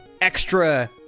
extra